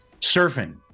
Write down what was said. surfing